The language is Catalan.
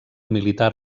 militar